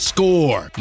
Score